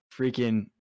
freaking